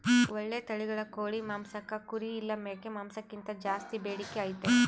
ಓಳ್ಳೆ ತಳಿಗಳ ಕೋಳಿ ಮಾಂಸಕ್ಕ ಕುರಿ ಇಲ್ಲ ಮೇಕೆ ಮಾಂಸಕ್ಕಿಂತ ಜಾಸ್ಸಿ ಬೇಡಿಕೆ ಐತೆ